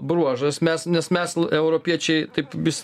bruožas mes nes mes europiečiai taip vis